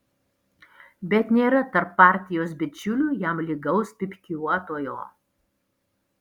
bet nėra tarp partijos bičiulių jam lygaus pypkiuotojo